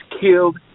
killed